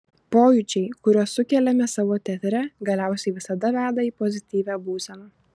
pojūčiai kuriuos sukeliame savo teatre galiausiai visada veda į pozityvią būseną